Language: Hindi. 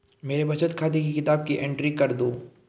मेरे बचत खाते की किताब की एंट्री कर दो?